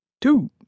two